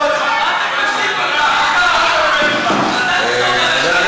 אבל היא לא נועדה, חבר הכנסת חזן, תודה.